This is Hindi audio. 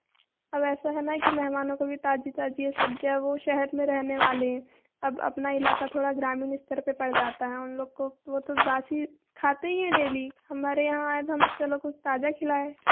अब ऐसा है ना कि मेहमानो को भी ताज़ी ताज़ी सब्ज़ियाँ वो शहर में रहने वाले हैं अब अपना इलाका थोड़ा ग्रामीण स्तर पे पड़ जाता है उन लोग को वो तो बासी खाते ही हैं डेली हमारे यहाँ हैं तो चलो कुछ ताज़ा खिलाएं